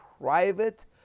private